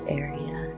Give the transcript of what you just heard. area